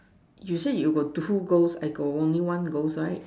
you say you got two ghost I only got one ghost right